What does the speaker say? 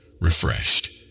refreshed